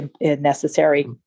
necessary